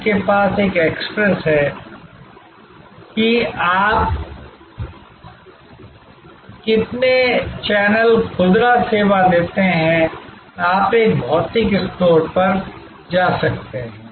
आपके पास यह एक्सेस है कि आप कितने चैनल खुदरा सेवा देते हैं आप एक भौतिक स्टोर पर जा सकते हैं